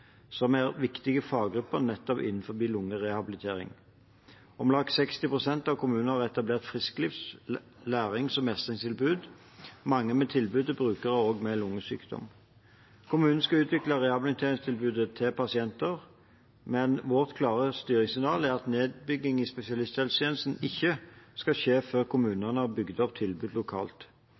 som er viktige faggrupper nettopp innenfor lungerehabilitering. Om lag 60 pst. av kommunene har etablert frisklivs-, lærings- og mestringstilbud, mange med tilbud til brukere med lungesykdom. Kommunene skal utvikle rehabiliteringstilbudet til pasienter, men vårt klare styringssignal er at nedbygging i spesialisthelsetjenesten ikke skal skje før kommunene har bygget opp tilbud lokalt.